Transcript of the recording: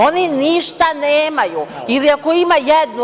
Oni ništa nemaju, ili ako ima jednu…